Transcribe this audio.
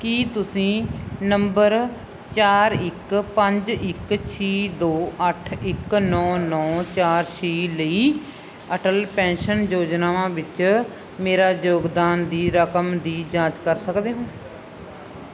ਕੀ ਤੁਸੀਂ ਨੰਬਰ ਚਾਰ ਇੱਕ ਪੰਜ ਇੱਕ ਛੇ ਦੋ ਅੱਠ ਇੱਕ ਨੌਂ ਨੌਂ ਚਾਰ ਛੇ ਲਈ ਅਟਲ ਪੈਨਸ਼ਨ ਯੋਜਨਾ ਵਿੱਚ ਮੇਰੇ ਯੋਗਦਾਨ ਦੀ ਰਕਮ ਦੀ ਜਾਂਚ ਕਰ ਸਕਦੇ ਹੋ